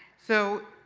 so,